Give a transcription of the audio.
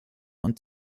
und